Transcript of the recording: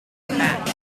back